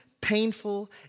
painful